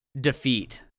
defeat